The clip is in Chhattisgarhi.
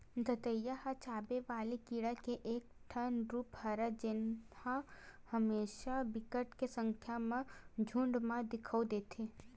दतइया ह चाबे वाले कीरा के एक ठन रुप हरय जेहा हमेसा बिकट के संख्या म झुंठ म दिखउल देथे